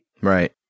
Right